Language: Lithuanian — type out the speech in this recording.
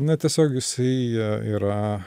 na tiesiog jisai yra